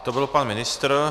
To byl pan ministr.